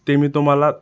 ते मी तुम्हाला